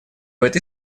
этой